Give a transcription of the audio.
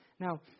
Now